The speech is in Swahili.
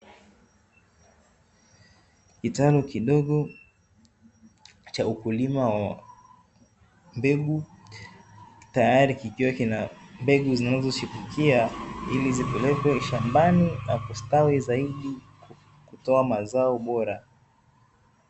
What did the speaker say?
Kitalu kidogo cha ukulima wa mbegu, tayari kikiwa kina mbegu zinazochipukia ili zipelekwe shambani na kustawi zaidi, kutoa mazao bora.